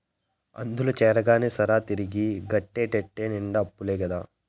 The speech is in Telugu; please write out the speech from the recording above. అందుల చేరగానే సరా, తిరిగి గట్టేటెట్ట నిండా అప్పులే కదా